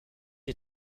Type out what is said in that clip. die